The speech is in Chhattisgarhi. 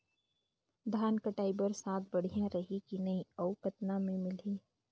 धान कटाई बर साथ बढ़िया रही की नहीं अउ कतना मे मिलही?